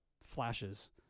flashes